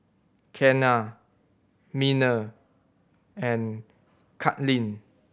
Kenna Miner and Kaitlyn